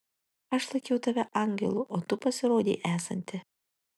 aš laikiau tave angelu o tu pasirodei esanti